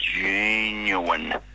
genuine